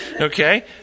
Okay